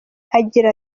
agira